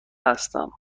هستم